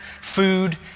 food